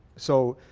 so,